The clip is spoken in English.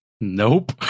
Nope